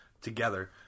together